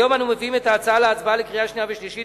היום אנחנו מביאים את ההצעה להצבעה בקריאה שנייה ובקריאה שלישית,